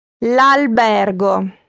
L'albergo